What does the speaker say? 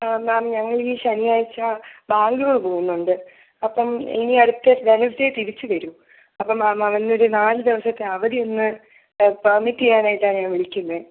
ആ മാം ഞങ്ങളീ ശനിയാഴ്ച്ച ബാങ്ക്ളൂർ പോകുന്നുണ്ട് അപ്പം ഇനി അടുത്ത വെനസ്ഡേ തിരിച്ചു വരൂ അപ്പം മാം അവനൊരു നാലു ദിവസത്തെ അവധിയൊന്ന് പെർമിറ്റ് ചെയ്യാനായിട്ടാണ് ഞാൻ വിളിക്കുന്നത്